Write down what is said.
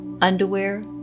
underwear